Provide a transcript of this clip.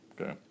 Okay